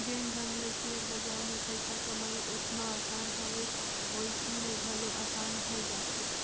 जेन ढंग ले सेयर बजार में पइसा कमई ओतना असान हवे वइसने घलो असान होए जाथे